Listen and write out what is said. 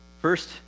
first